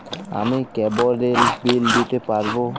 আমি কেবলের বিল দিতে পারবো?